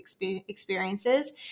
experiences